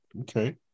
Okay